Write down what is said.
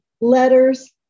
letters